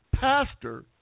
Pastor